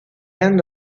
end